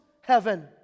heaven